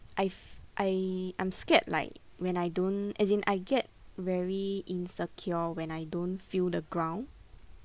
I f~ I I'm scared like when I don't as in I get very insecure when I don't feel the ground